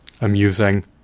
amusing